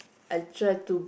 I try to